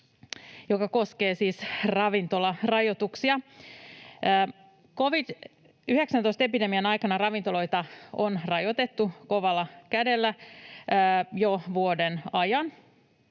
joka koskee siis ravintolarajoituksia. Covid-19-epidemian aikana ravintoloita on rajoitettu kovalla kädellä jo vuoden ajan,